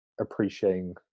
appreciating